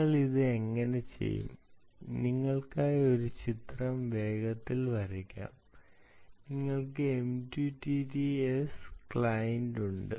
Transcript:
നിങ്ങൾ ഇത് എങ്ങനെ ചെയ്യും നിങ്ങൾക്കായി ഒരു ചിത്രം വേഗത്തിൽ വരയ്ക്കാം നിങ്ങൾക്ക് MQTT S ക്ലയന്റ് ഉണ്ട്